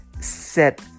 set